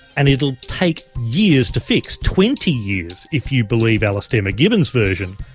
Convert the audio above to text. and it'll take years to fix twenty years, if you believe alastair macgibbon's version.